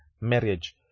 marriage